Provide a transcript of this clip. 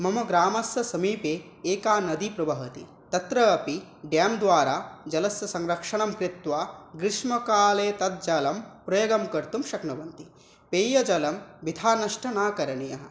मम ग्रामस्य समीपे एका नदी प्रवहति तत्र अपि डेम् द्वारा जलस्य संरक्षणङ्कृत्वा ग्रीष्मकाले तद् जलं प्रयोगं कर्तुं शक्नुवन्ति पेयजलं वृथा नष्टं न करणीयम्